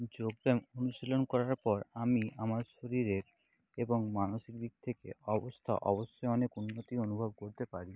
যোগব্যায়াম অনুশীলন করার পর আমি আমার শরীরের এবং মানসিক দিক থেকে অবস্থা অবশ্যই অনেক উন্নতি অনুভব করতে পারি